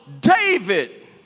David